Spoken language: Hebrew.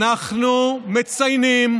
אנחנו מציינים